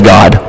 God